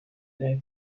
their